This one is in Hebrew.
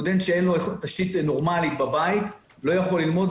סטודנט שאין לו תשתית נורמלית בבית לא יכול ללמוד,